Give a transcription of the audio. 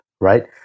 right